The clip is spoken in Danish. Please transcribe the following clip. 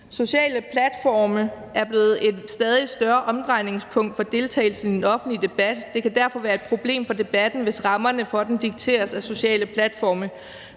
»Sociale platforme er blevet et stadig større omdrejningspunkt for deltagelsen i den offentlige debat. Det kan derfor være et problem for debatten, hvis rammerne for den dikteres af sociale platforme.